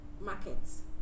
markets